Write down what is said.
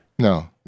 No